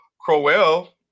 Crowell